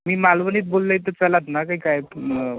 मी मालवनीत बोललंय तर चलात ना काई की